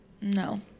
No